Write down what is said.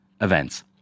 events